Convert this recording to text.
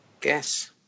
Guess